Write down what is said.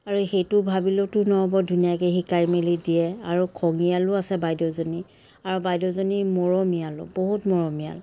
আৰু সেইটো ভাবিলেওতো নহ'ব ধুনীয়াকৈ শিকাই মেলি দিয়ে আৰু খঙীয়ালো আছে বাইদেউজনী আৰু বাইদেউজনী মৰমীয়ালো বহুত মৰমীয়াল